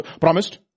promised